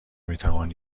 میتوان